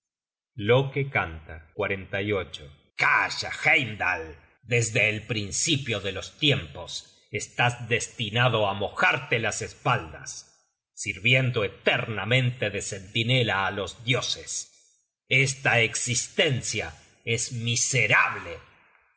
lo que dice loke canta calla heimdal desde el principio de los tiempos estás destinado á mojarte las espaldas sirviendo eternamente de centinela á los dioses esta existencia es miserable